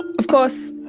of course,